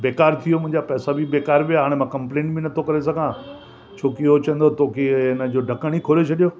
बेकार थी वियो मुंहिंजा पैसा बि बेकार विया हाणे मां कम्पलेन बि न थो करे सघां छोकी उहो चवंदो तोखे हीउ हिनजो ढकण ई खोले छॾियो